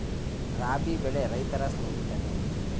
ರಾಬಿ ಬೆಳೆ ರೈತರ ಸ್ನೇಹಿತನೇ?